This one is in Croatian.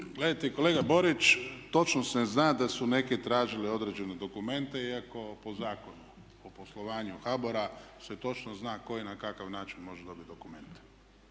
Gledajte kolega Borić, točno se zna da su neki tražili određene dokumente iako po Zakonu o poslovanju HBOR-a se točno zna ko i na kakav način može dobiti dokumente